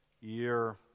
year